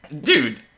Dude